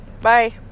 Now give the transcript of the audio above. bye